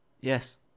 yes